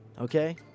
okay